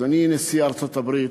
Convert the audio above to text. אדוני נשיא ארצות-הברית,